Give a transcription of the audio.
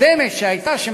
אבל הגישה הקודמת שהייתה,